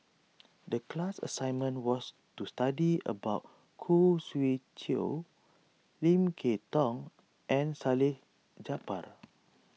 the class assignment was to study about Khoo Swee Chiow Lim Kay Tong and Salleh Japar